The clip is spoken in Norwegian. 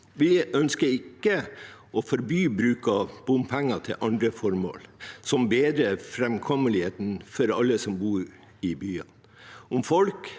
Vi ønsker ikke å forby bruk av bompenger til andre formål som bedrer framkommeligheten for alle som bor i byen.